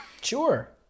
Sure